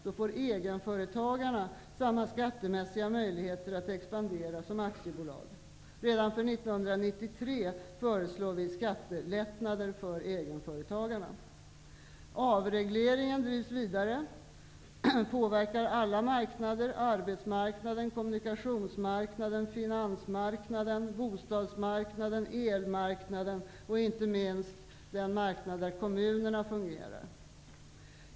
Då får egenföretagarna samma skattemässiga möjligheter att expandera som aktiebolag. Redan för 1993 föreslår vi skattelättnader för egenföretagarna. Avregleringen drivs vidare. Det påverkar alla marknader; arbetsmarknaden, kommunikationsmarknaden, finansmarknaden, bostadsmarknaden, elmarknaden och inte minst den marknad där kommunerna fungerar.